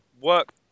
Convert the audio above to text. work